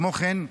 כמו כן,